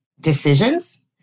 decisions